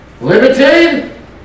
limited